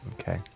Okay